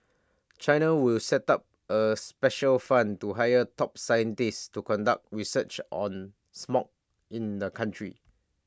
China will set up A special fund and hire top scientists to conduct research on smog in the country